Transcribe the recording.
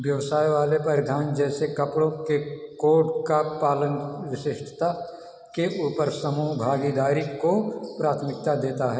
व्यवसाय वाले परिधान जैसे कपड़ों के कोड का पालन विशिष्टता के ऊपर समूह भागीदारी को प्राथमिकता देता है